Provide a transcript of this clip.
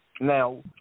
Now